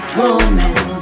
woman